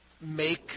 make